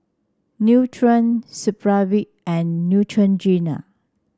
Nutren Supravit and Neutrogena